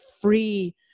free